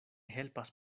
helpas